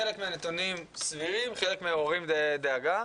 חלק מהנתונים סבירים, חלק מעוררים דאגה,